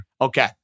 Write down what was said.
Okay